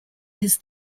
his